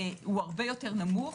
הוא הרבה יותר נמוך.